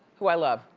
who i love,